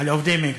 על עובדי "מגה".